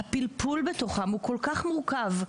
הפלפול בתוכם הוא כל כך מורכב.